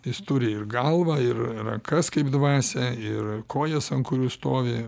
jis turi ir galvą ir rankas kaip dvasią ir kojas ant kurių stovi